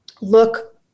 look